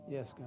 Yes